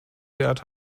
wert